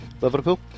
Liverpool